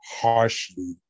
harshly